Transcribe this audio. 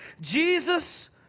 Jesus